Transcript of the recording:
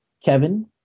Kevin